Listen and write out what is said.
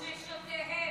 ונשותיהם.